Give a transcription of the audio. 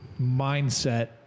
mindset